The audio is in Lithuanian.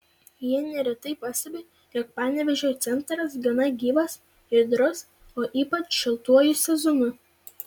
jie neretai pastebi jog panevėžio centras gana gyvas judrus o ypač šiltuoju sezonu